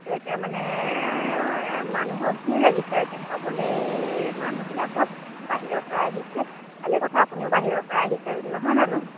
এইটো এতিয়া মানে মানুহৰ ভিৰ লাগিছে এতিয়া চাবলৈ মানুহবিলাকৰ বাহিৰৰ পৰা আহিছে ভালে কথা আপুনিও বাহিৰৰ পৰা আহিছে নহয় জানো